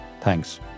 Thanks